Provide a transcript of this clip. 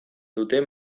duten